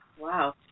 Wow